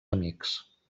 amics